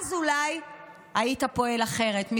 ואז אולי היית פועל אחרת.